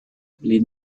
les